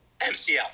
MCL